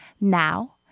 Now